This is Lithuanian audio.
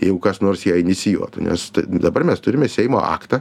jeigu kas nors ją inicijuotų nes dabar mes turime seimo aktą